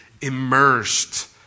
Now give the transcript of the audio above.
immersed